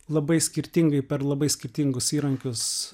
labai skirtingai per labai skirtingus įrankius